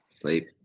Sleep